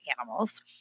animals